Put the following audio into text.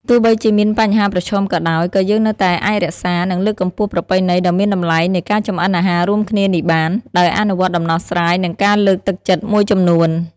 ទោះបីជាមានបញ្ហាប្រឈមក៏ដោយ ក៏យើងនៅតែអាចរក្សា និងលើកកម្ពស់ប្រពៃណីដ៏មានតម្លៃនៃការចម្អិនអាហាររួមគ្នានេះបាន ដោយអនុវត្តដំណោះស្រាយ និងការលើកទឹកចិត្តមួយចំនួន ។